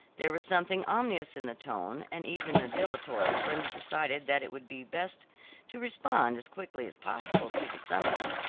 there was something ominous in the tone, and even the dilatory brenda decided that it would be best to respond as quickly as possible to the summons.